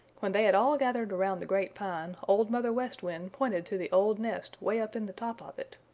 when they had all gathered around the great pine, old mother west wind pointed to the old nest way up in the top of it.